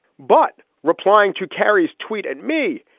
but replying to carrie's tweet at me.